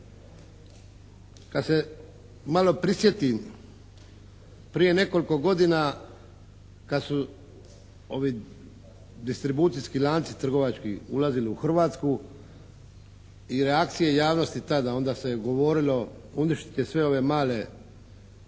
Kad se malo prisjetim prije nekoliko godina kad su ovi distribucijski lanci trgovački ulazili u Hrvatsku i reakcije javnosti tada, onda se je govorilo, uništit ćete sve ove male